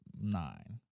nine